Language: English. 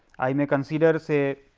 i may consider say